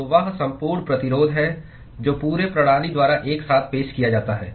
तो वह सम्पूर्ण प्रतिरोध है जो पूरे प्रणाली द्वारा एक साथ पेश किया जाता है